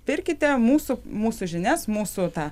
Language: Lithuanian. pirkite mūsų mūsų žinias mūsų tą